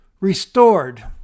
Restored